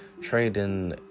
trading